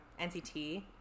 NCT